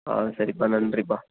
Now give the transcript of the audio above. ஆ சரிப்பா நன்றிப்பா